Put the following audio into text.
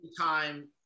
time